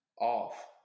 off